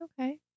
Okay